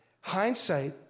Hindsight